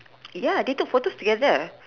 ya they took photos together